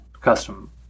custom